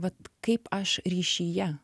vat kaip aš ryšyje